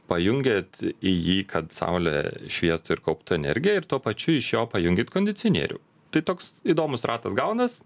pajungiat į jį kad saulė šviestų ir kauptų energiją ir tuo pačiu iš jo pajunkit kondicionierių tai toks įdomus ratas gaunas